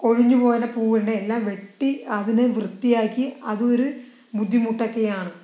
കൊഴിഞ്ഞു പോകുന്ന പൂവിൻ്റെ എല്ലാം വെട്ടി അതിനെ വൃത്തിയാക്കി അത് ഒരു ബുദ്ധിമുട്ടൊക്കെയാണ്